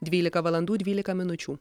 dvylika valandų dvylika minučių